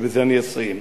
ובזה אני אסיים.